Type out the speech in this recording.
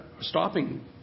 stopping